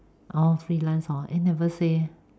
oh freelance hor eh never say